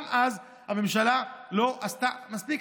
גם אז הממשלה לא עשתה מספיק.